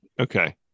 Okay